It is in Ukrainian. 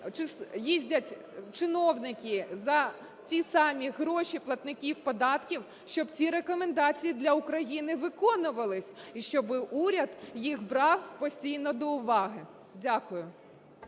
їздять чиновники за ті самі гроші платників податків, щоб ці рекомендації для України виконувались, і щоб уряд їх брав постійно до уваги. Дякую.